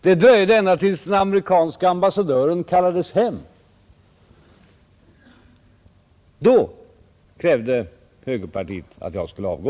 Det dröjde ända tills den amerikanske ambassadören kallades hem, Då krävde högerpartiet att jag skulle avgå.